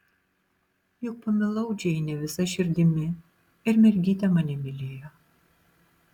juk pamilau džeinę visa širdimi ir mergytė mane mylėjo